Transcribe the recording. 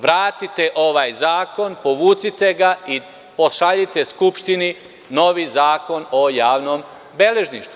Vratite ovaj zakon, povucite ga i pošaljite Skupštini novi zakon o javnom beležništvu.